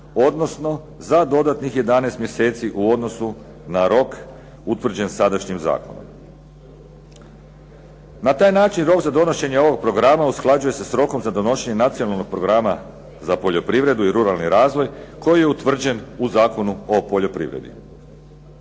odnosno za dodatnih 11 mjeseci u odnosu na rok utvrđen sadašnjim zakonom. Na taj način rok za donošenje ovog Programa usklađuje se sa rokom za donošenje Nacionalnog programa za poljoprivredu i ruralni razvoj koji je utvrđen u Zakonu o poljoprivredi.